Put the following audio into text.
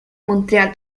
montreal